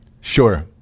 Sure